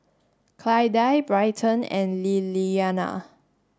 Clydie Bryton and Lillianna